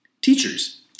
Teachers